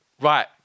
Right